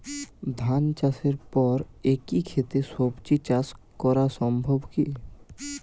ধান চাষের পর একই ক্ষেতে সবজি চাষ করা সম্ভব কি?